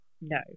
No